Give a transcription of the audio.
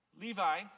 Levi